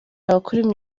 abakuru